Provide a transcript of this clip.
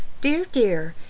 dear! dear!